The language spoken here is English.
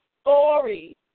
story